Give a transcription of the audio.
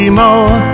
more